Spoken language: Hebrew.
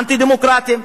אנטי-דמוקרטיים.